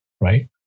right